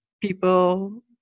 people